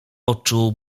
oczu